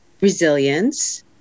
resilience